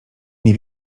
nie